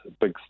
big